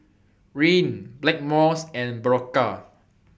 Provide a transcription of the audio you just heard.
Rene Blackmores and Berocca